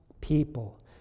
people